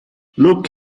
look